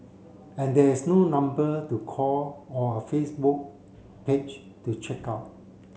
and there is no number to call or a Facebook page to check out